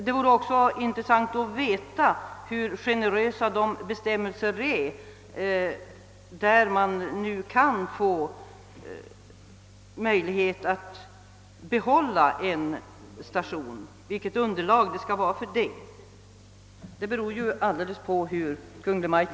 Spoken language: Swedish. Det vore också intressant att veta hur generösa de bestämmelser är, som skulle kunna ge möjlighet att få behålla en station och vilket trafikunderlag som kräves i så fall.